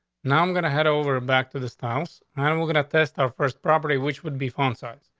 now i'm gonna head over, back to this town's and on. we're gonna test our first property, which would be phone size,